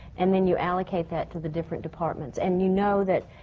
and then you allocate that to the different departments. and you know that,